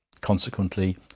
Consequently